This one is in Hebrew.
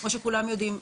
כמו שכולם יודעים,